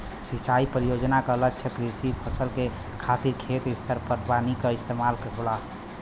सिंचाई परियोजना क लक्ष्य कृषि फसल के खातिर खेत स्तर पर पानी क इस्तेमाल होला